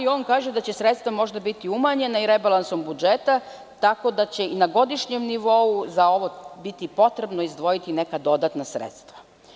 On kaže da će sredstva možda biti umanjena i rebalansom budžeta, tako da će i na godišnjem nivou za ovo biti potrebno izdvojiti neka dodatna sredstva.